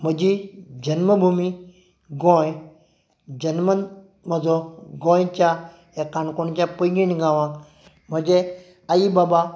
म्हजी जन्मभुमी गोंय जन्म म्हजो गोंयच्या काणकोणच्या पैंगीण गांवांत म्हजे आई बाबा